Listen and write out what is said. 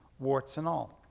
warts and all.